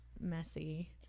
messy